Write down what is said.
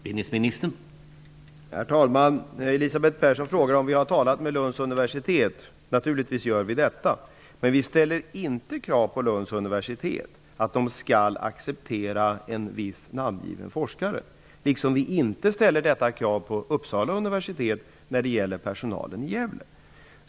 Herr talman! Elisabeth Persson frågade om regeringen har talat med Lunds universitet. Naturligtvis har vi det. Men vi ställer inte det kravet på Lunds universitet att universitet skall acceptera en viss namngiven forskare liksom vi inte ställer detta krav på Uppsala universitet när det gäller personalen i Gävle.